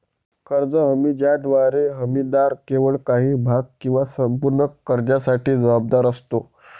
कर्ज हमी ज्याद्वारे हमीदार केवळ काही भाग किंवा संपूर्ण कर्जासाठी जबाबदार असतो